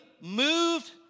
moved